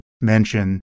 mention